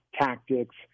tactics